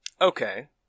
Okay